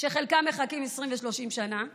שחלקם מחכים 20 ו-30 שנה במחנות,